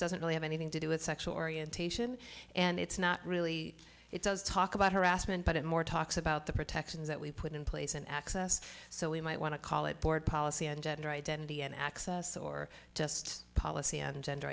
doesn't really have anything to do with sexual orientation and it's not really it does talk about harassment but it more talks about the protections that we put in place and access so we might want to call it board policy on gender identity and access or just policy on gender